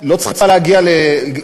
להעביר חוק כזה בכנסת.